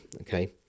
okay